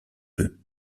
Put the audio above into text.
peu